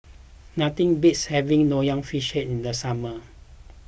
nothing beats having Nonya Fish Head in the summer